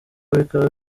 bikaba